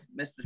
Mr